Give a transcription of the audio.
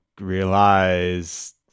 realize